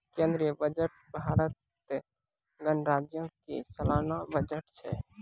केंद्रीय बजट भारत गणराज्यो के सलाना बजट छै